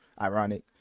ironic